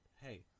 hey